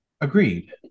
Agreed